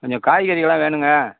கொஞ்சம் காய்கறிகள்லாம் வேணுங்க